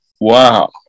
wow